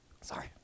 Sorry